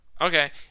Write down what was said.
Okay